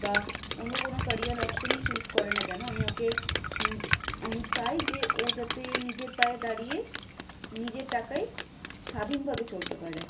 বা অন্য কোনো কেরিয়ার অপশনই চুস করে না কেন আমি ওকে আমি চাই যে ও যাতে নিজের পায়ে দাঁড়িয়ে নিজের টাকায় স্বাধীনভাবে চলতে পারে